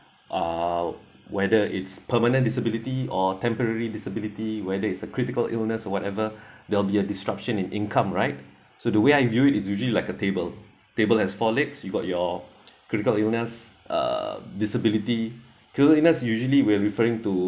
uh whether it's permanent disability or temporary disability whether is a critical illness or whatever there'll be a disruption in income right so the way I view is usually like a table table has four legs you got your critical illness uh disability critical illness usually we're referring to